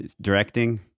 directing